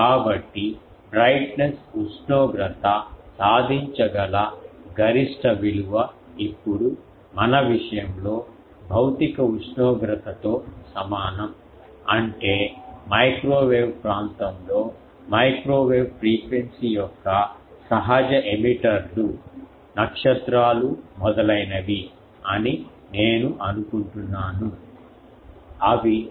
కాబట్టి బ్రైట్నెస్ ఉష్ణోగ్రత సాధించగల గరిష్ట విలువ ఇప్పుడు మన విషయంలో భౌతిక ఉష్ణోగ్రతతో సమానం అంటే మైక్రోవేవ్ ప్రాంతంలో మైక్రోవేవ్ ఫ్రీక్వెన్సీ యొక్క సహజ ఎమిటర్ లు నక్షత్రాలు మొదలైనవి అని నేను అనుకుంటున్నాను